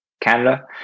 Canada